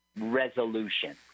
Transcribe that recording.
resolution